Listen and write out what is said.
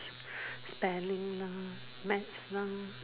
spelling lah math lah